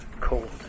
cold